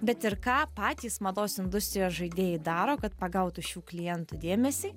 bet ir ką patys mados industrijos žaidėjai daro kad pagautų šių klientų dėmesį